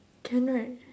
can right